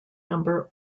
number